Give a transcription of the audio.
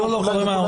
לא, חברים.